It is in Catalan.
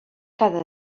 cada